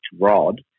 Rod